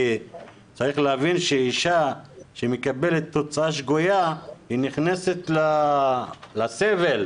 צריך להבין שאישה שמקבלת תוצאה שגויה נכנסת לסבל,